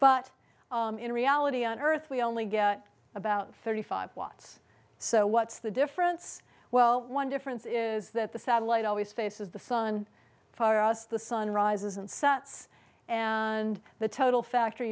but in reality on earth we only get about thirty five watts so what's the difference well one difference is that the satellite always faces the sun far as the sun rises and sets and the total factor